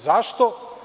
Zašto?